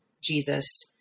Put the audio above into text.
Jesus